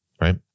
Right